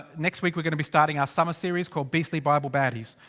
next week we're gonna be starting our summer series called beastly bible baddies.